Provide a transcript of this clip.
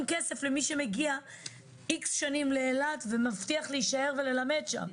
כסף למי שמגיע X שנים לאילת ומבטיח להישאר וללמד שם.